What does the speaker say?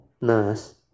nurse